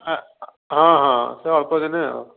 ହଁ ହଁ ସେ ଅଳ୍ପ ଦିନେ ଆଉ